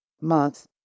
month